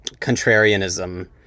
contrarianism